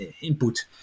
input